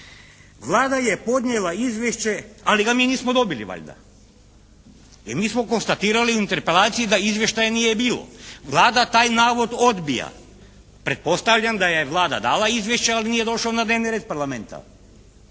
Vlada je podnijela izvješće ali ga mi nismo dobili valjda. Jer mi smo konstatirali u Interpelaciji da izvještaja nije bilo. Vlada taj navod odbija. Pretpostavljam da je Vlada dala izvješće ali nije došao na dnevni red Parlamenta.